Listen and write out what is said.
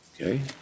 Okay